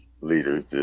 leaders